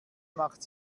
macht